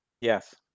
Yes